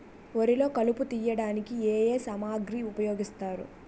వరిలో కలుపు తియ్యడానికి ఏ ఏ సామాగ్రి ఉపయోగిస్తారు?